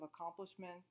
accomplishment